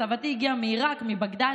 סבתי הגיעה מעיראק, מבגדד,